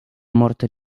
morto